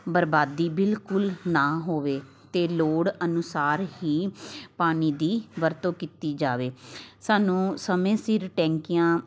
ਬਰਬਾਦੀ ਬਿਲਕੁਲ ਨਾ ਹੋਵੇ ਅਤੇ ਲੋੜ ਅਨੁਸਾਰ ਹੀ ਪਾਣੀ ਦੀ ਵਰਤੋਂ ਕੀਤੀ ਜਾਵੇ ਸਾਨੂੰ ਸਮੇਂ ਸਿਰ ਟੈਂਕੀਆਂ